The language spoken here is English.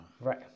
Right